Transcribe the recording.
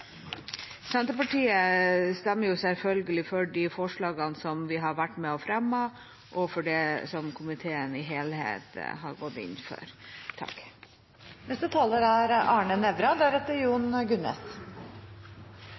Senterpartiet stemmer selvfølgelig for de forslagene som vi har vært med på å fremme, og for det som komiteen i sin helhet har gått inn for.